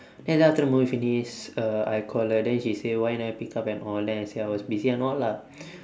and then after the movie finish uh I call her then she say why never pick up and all then I say I was busy and all lah